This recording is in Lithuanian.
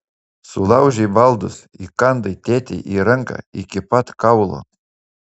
sulaužei baldus įkandai tėtei į ranką iki pat kaulo